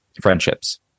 friendships